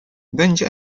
będzie